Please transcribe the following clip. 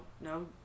no